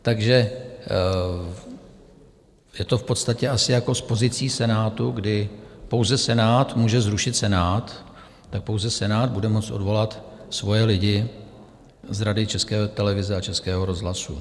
Takže je to v podstatě asi jako s pozicí Senátu, kdy pouze Senát může zrušit Senát, tak pouze Senát bude moci odvolat svoje lidi z Rady České televize a Českého rozhlasu.